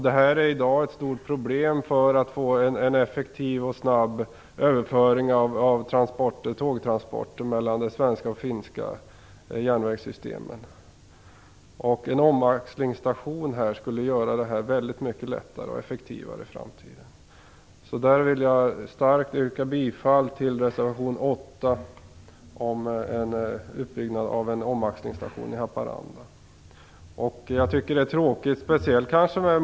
Det är i dag ett stort problem när det gäller att få en effektiv och snabb överföring av tågtransporter mellan det svenska och finska järnvägssystemen. En omaxlingsstation skulle göra det oerhört mycket lättare och effektivare i framtiden. Jag vill starkt yrka bifall till reservation 8 om en uppbyggnad av en omaxlingsstation i Haparanda. Jag tycker att det är tråkigt att t.ex.